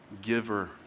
giver